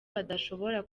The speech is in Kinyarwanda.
badashobora